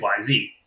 XYZ